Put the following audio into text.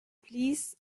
blies